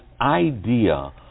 idea